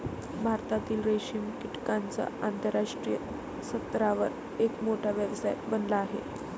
भारतातील रेशीम कीटकांचा आंतरराष्ट्रीय स्तरावर एक मोठा व्यवसाय बनला आहे